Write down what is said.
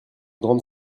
grande